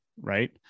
Right